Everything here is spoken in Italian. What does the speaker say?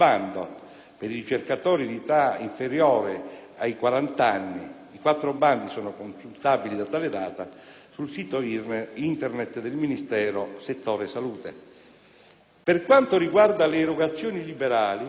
per i ricercatori di età inferiore ai 40 anni: i quattro bandi sono consultabili, da tale data, sul sito Internet del Ministero, "Settore Salute". Per quanto riguarda le erogazioni liberali,